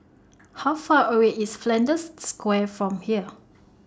How Far away IS Flanders Square from here